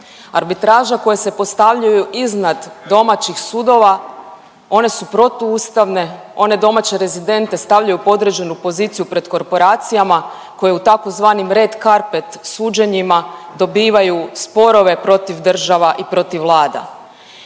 Arbitraže koje se postavljaju iznad domaćih sudova one su protuustavne, one domaće rezidente stavljaju u podređenu poziciju pred korporacijama koje u tzv. red carpet suđenjima dobivaju sporove protiv država i protiv vlada.